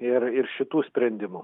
ir ir šitų sprendimų